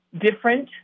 different